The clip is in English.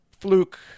fluke